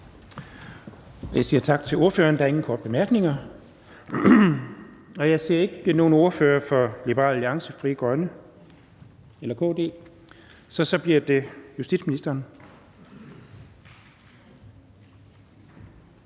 Jeg siger tak til ordføreren. Der er ingen korte bemærkninger. Jeg ser ikke nogen ordfører fra Liberal Alliance, Frie Grønne eller KD, så nu bliver det justitsministeren.